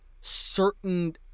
certain